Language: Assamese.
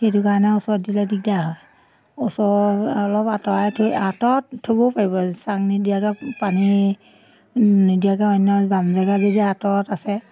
সেইটো কাৰণে ওচৰত দিলে দিগদাৰ হয় ওচৰত অলপ আঁতৰাই থৈ আঁতৰত থ'বও পাৰিব চাং নিদিয়াকৈ পানী নিদিয়াকৈ অন্য বাম জেগা যদি আঁতৰত আছে